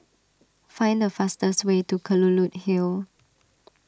find the fastest way to Kelulut Hill